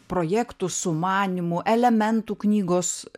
projektų sumanymų elementų knygos